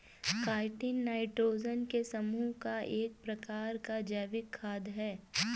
chitin nitrogen के समूह का एक प्रकार का जैविक खाद है